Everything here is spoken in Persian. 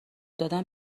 دادن